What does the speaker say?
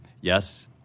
yes